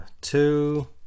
two